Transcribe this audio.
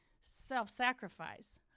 self-sacrifice